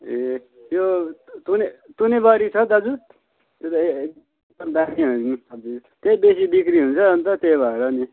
ए त्यो तुने तुने बोडी छ दाजु त्यो त एकदम दामी हो नि सब्जी त्यही बेसी बिक्री हुन्छ अन्त त्यही भएर नि